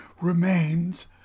Remains